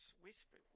Whisper